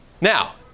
Now